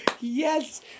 Yes